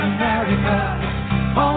America